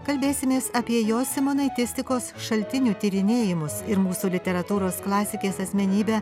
kalbėsimės apie jo simonaitistikos šaltinių tyrinėjimus ir mūsų literatūros klasikės asmenybę